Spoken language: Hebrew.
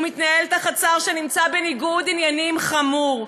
הוא מתנהל תחת שר שנמצא בניגוד עניינים חמור.